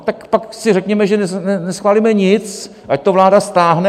Tak pak si řekněme, že neschválíme nic, ať to vláda stáhne.